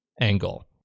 angle